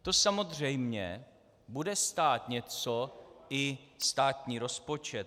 To samozřejmě bude stát něco i státní rozpočet.